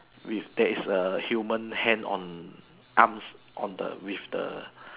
with that's is a human hand on arms on the with the